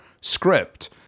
script